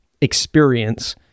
experience